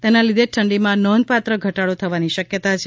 તેના લીધે ઠંડીમાં નોંધપાત્ર ઘટાડો થવાની શક્યતા છે